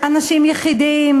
אנשים יחידים,